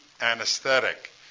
anesthetic